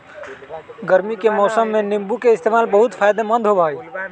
गर्मी के मौसम में नीम्बू के इस्तेमाल बहुत फायदेमंद होबा हई